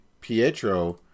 Pietro